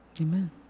Amen